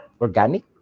organic